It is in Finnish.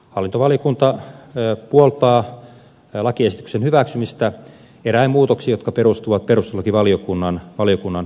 hallintovaliokunta puoltaa lakiesityksen hyväksymistä eräin muutoksin jotka perustuvat perustuslakivaliokunnan kannanottoihin